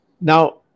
Now